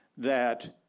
that